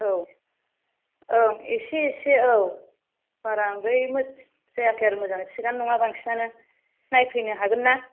औ औ एसे एसे औ बारांद्राय मोथ जायाखै आरो मोजाङै थिगानो नङा बांसिनानो नायफैनो हागोन ना